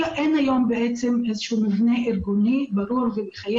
אין היום בעצם איזה שהוא מבנה ארגוני -- -ומחייב,